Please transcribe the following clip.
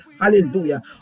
hallelujah